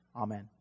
Amen